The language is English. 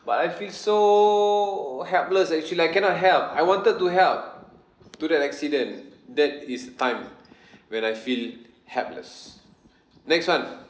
but I feel so helpless actually I cannot help I wanted to help to that accident that is a time when I feel helpless next one